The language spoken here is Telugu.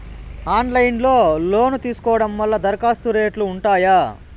ఆన్లైన్ లో లోను తీసుకోవడం వల్ల దరఖాస్తు రేట్లు ఉంటాయా?